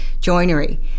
joinery